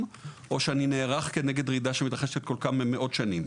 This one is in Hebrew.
או שאני נערך כנגד רעידה שמתרחשת כל כמה מאות שנים.